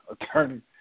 attorney